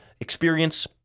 experience